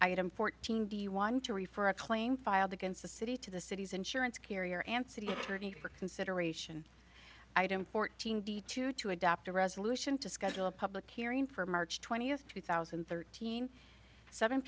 item fourteen do you want to refer a claim filed against the city to the city's insurance carrier and city attorney for consideration item fourteen d two to adopt a resolution to schedule a public hearing for march twentieth two thousand and thirteen seven